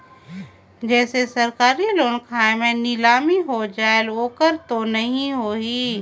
जैसे सरकारी लोन खाय मे नीलामी हो जायेल ओकर तो नइ होही?